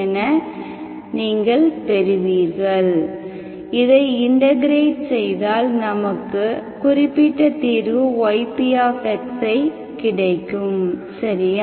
என நீங்கள் பெறுவீர்கள் இதை இன்டெகிரெட் செய்தால் நமக்கு குறிப்பிட்ட தீர்வு ypx ஐ கிடைக்கும் சரியா